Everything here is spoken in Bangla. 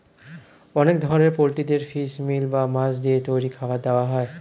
অনেক ধরনের পোল্ট্রিদের ফিশ মিল বা মাছ দিয়ে তৈরি খাবার দেওয়া হয়